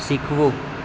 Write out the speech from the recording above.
શીખવું